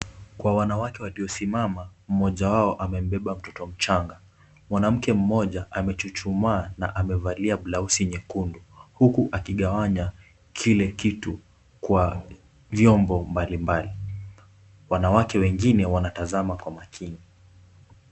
Kwa wanawake waliosimama, mmoja wao amembeba mtoto mchanga. Mwanamke mmoja amechuchumaa na amevalia blauzi nyekundu, huku akigawanya kile kitu kwa vyombo mbalimbali. Wanawake wengine wanatazama kwa makini.